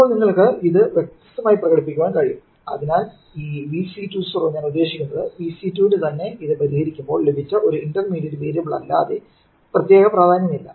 ഇപ്പോൾ നിങ്ങൾക്ക് ഇത് വ്യത്യസ്തമായി പ്രകടിപ്പിക്കാൻ കഴിയും അതിനാൽ ഈ Vc20 ഞാൻ ഉദ്ദേശിക്കുന്നത് Vc2 ന് തന്നെ ഇത് പരിഹരിക്കുമ്പോൾ ലഭിച്ച ഒരു ഇന്റർമീഡിയറ്റ് വേരിയബിളല്ലാതെ പ്രത്യേക പ്രാധാന്യമില്ല